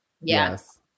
Yes